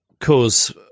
cause